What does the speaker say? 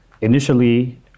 initially